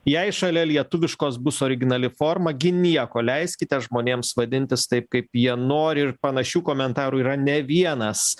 jei šalia lietuviškos bus originali forma gi nieko leiskite žmonėms vadintis taip kaip jie nori ir panašių komentarų yra ne vienas